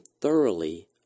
thoroughly